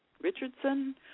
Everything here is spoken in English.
Richardson